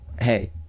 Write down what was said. Hey